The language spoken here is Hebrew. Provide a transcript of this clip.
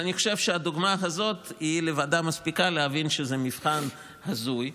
אני חושב שהדוגמה הזאת היא לבדה מספיקה להבין שזה מבחן הזוי,